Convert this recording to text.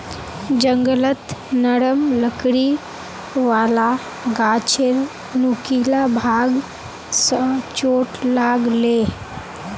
जंगलत नरम लकड़ी वाला गाछेर नुकीला भाग स चोट लाग ले